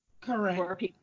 correct